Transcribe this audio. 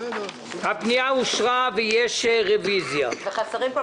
שבאה ואומרת: אתם רוצים להעביר עכשיו את